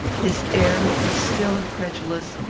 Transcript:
his air was still incredulous,